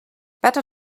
better